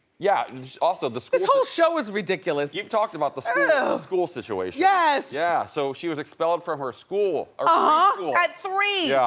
yeah and also this this whole show is ridiculous. you talked about the school situation. yes. yeah, so she was expelled from her school. uh-huh, ah at three.